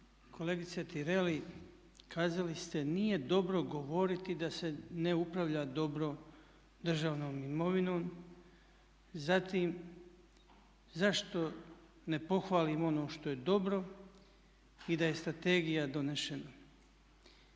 Kolegice Tireli, kazali ste nije dobro govoriti da se ne upravlja dobro državnom imovinom, zatim zašto ne pohvalim ono što je dobro i da je strategija donešena.